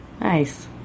Nice